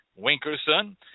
Winkerson